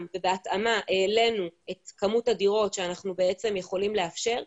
ובהתאמה העלינו את כמות הדירות שאנחנו יכולים לאפשר,